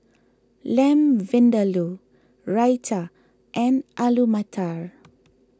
Lamb Vindaloo Raita and Alu Matar